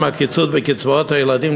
עם הקיצוץ בקצבאות הילדים,